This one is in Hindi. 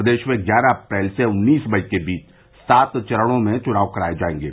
प्रदेश में ग्यारह अप्रैल से उन्नीस मई के बीच सात चरणों में चुनाव कराये जायेंगे